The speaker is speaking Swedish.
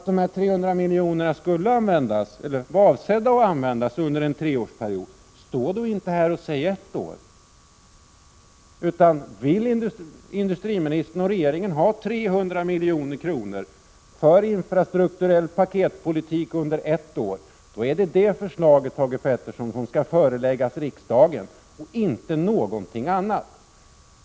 De 300 milj.kr. var avsedda att användas under 61 en treårsperiod. Stå då inte här och säg ett år! Vill industriministern och regeringen ha 300 milj.kr. för infrastrukturell paketpolitik under ett år, då är det det förslaget, Thage Peterson, som skall föreläggas riksdagen och inte något annat.